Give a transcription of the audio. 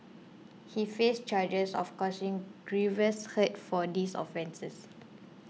he faced charges of causing grievous hurt for these offences